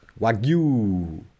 Wagyu